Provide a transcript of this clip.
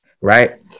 Right